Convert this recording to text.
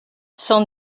cent